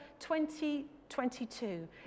2022